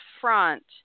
front